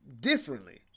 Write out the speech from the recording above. differently